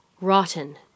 rotten